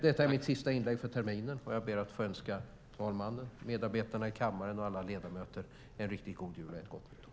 Detta är mitt sista anförande för året, och jag ber att få önska talmannen, medarbetarna i kammaren och alla ledamöter en riktigt god jul och ett gott nytt år.